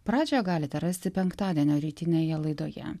pradžią galite rasti penktadienio rytinėje laidoje